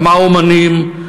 כמה אמנים,